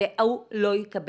והוא או היא לא תקבל